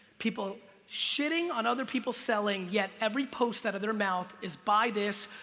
people shitting on other people selling, yet every post out of their mouth is buy this.